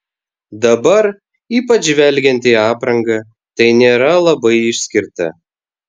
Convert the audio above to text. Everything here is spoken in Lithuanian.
dabar ypač žvelgiant į aprangą tai nėra labai išskirta